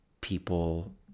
people